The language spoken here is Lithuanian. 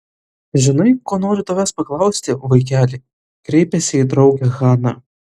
žinai ko noriu tavęs paklausti vaikeli kreipėsi į draugę hana